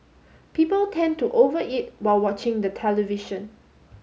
people tend to over eat while watching the television